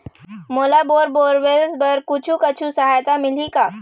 मोला bore borewells बर कुछू कछु सहायता मिलही का?